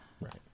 Right